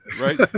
right